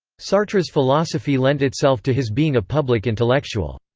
sartre's philosophy lent itself to his being a public intellectual.